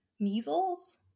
measles